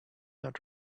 not